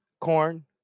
corn